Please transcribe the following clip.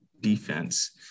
defense